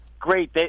great